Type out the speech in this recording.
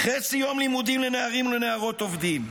חצי יום לימודים לנערים ולנערות עובדים,